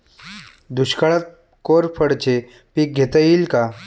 दुष्काळात कोरफडचे पीक घेता येईल का?